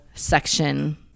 section